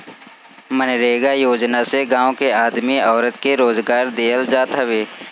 मनरेगा योजना से गांव के आदमी औरत के रोजगार देहल जात हवे